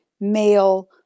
male